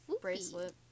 bracelet